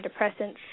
antidepressants